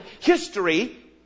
history